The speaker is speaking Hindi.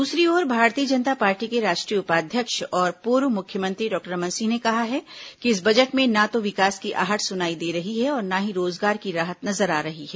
दूसरी ओर भारतीय जनता पार्टी के राष्ट्रीय उपाध्यक्ष और पूर्व मुख्यमंत्री डॉक्टर रमन सिंह ने कहा है कि इस बजट में न तो विकास की आहट सुनाई दे रही है और न ही रोजगार की राहत नजर आ रही है